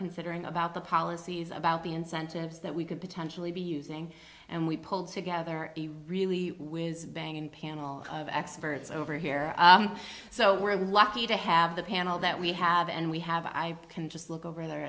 considering about the policies about the incentives that we could potentially be using and we pulled together a really whiz bang and panel of experts over here so we're lucky to have the panel that we have and we have i can just look over there